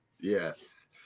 Yes